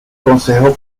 consejo